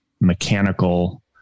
mechanical